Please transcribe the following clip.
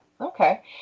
Okay